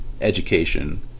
education